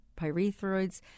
pyrethroids